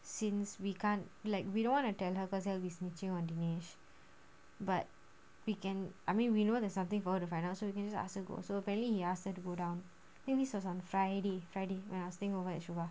since we can't like we don't wanna tell her cause that will be snitching on dinesh but we can I mean we know there's something for her to find out so you can just ask you go so appearently he ask her to go down I think this was on friday friday when I was staying over at shuva